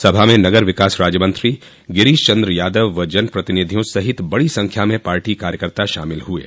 सभा में नगर विकास राज्यमंत्री गिरीश चन्द्र यादव व जन प्रतिनिधियों सहित बड़ी संख्या में पार्टी कार्यकर्ता शामिल हुये